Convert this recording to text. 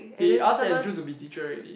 he asked Andrew to be teacher already